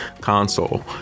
console